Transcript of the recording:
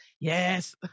yes